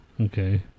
Okay